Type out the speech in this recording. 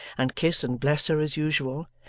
and kiss and bless her as usual,